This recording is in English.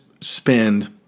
spend